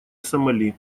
сомали